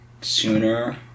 sooner